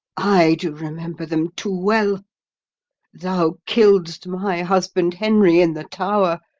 i do remember them too well thou kill'dst my husband henry in the tower,